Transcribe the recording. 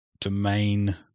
domain